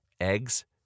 eggs